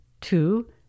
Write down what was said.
two